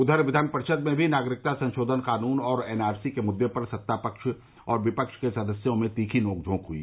उधर विधान परिषद में भी नागरिकता संशोधन कानून और एन आर सी के मुद्दे पर सत्ता पक्ष और विपक्ष के सदस्यों में तीखी नोकझोक हुई